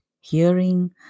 hearing